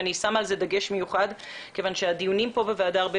ואני שמה על זה דגש מיוחד מכיוון שהדיונים פה בוועדה הרבה